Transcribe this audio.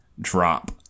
drop